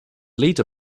leader